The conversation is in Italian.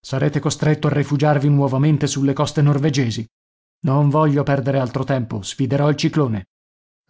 sarete costretto a rifugiarvi nuovamente sulle coste norvegesi non voglio perdere altro tempo sfiderò il ciclone